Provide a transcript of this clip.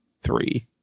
three